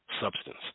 substance